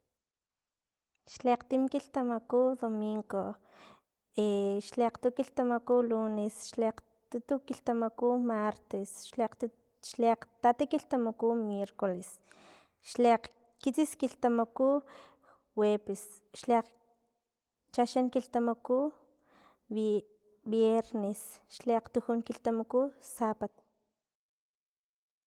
Xliakgtim kilhtamaku domingo, xliaktu kilhtamaku lunes, xli akgtutu kilhtamaku martes, xli akgtu- xliakgtati kilhtamaku miercoles, xliakgkitsis kultamaku jueves, xliakgchaxan kilhtamaku viernes, xliakgtujun kilhtamaku sabado.